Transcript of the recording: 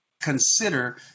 consider